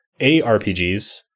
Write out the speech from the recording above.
ARPGs